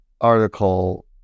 article